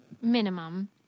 minimum